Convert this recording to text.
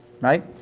right